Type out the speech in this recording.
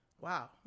Wow